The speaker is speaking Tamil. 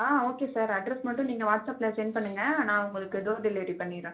ஆ ஓகே சார் அட்ரஸ் மட்டும் நீங்கள் வாட்ஸப்ல சென்ட் பண்ணுங்கள் நான் உங்களுக்கு டோர் டெலிவரி பண்ணிவிடுறேன்